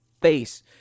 face